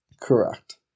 Correct